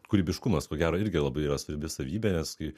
kūrybiškumas ko gero irgi labai yra svarbi savybė nes kai